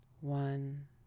one